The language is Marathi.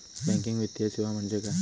बँकिंग वित्तीय सेवा म्हणजे काय?